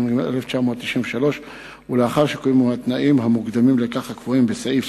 התשנ"ג 1993 ולאחר שקוימו התנאים המוקדמים לכך הקבועים בסעיף